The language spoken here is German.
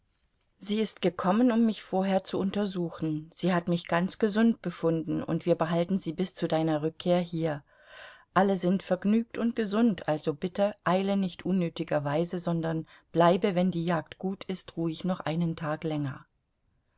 sie ist gekommen um mich vorher zu untersuchen sie hat mich ganz gesund befunden und wir behalten sie bis zu deiner rückkehr hier alle sind vergnügt und gesund also bitte eile nicht unnötigerweise sondern bleibe wenn die jagd gut ist ruhig noch einen tag länger